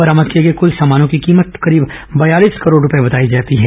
बरामद किए गए कल सामानों की कीमत करीब बयालीस करोड रुपये बताई गई है